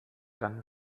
dann